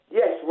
yes